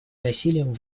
насилием